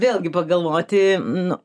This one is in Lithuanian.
vėlgi pagalvoti nu